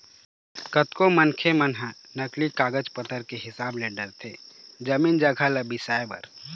कतको मनखे मन ह नकली कागज पतर के हिसाब ले डरथे जमीन जघा ल बिसाए बर